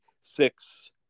six